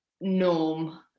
norm